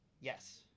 Yes